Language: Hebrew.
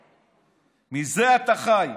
מזה אתה חי.